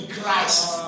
Christ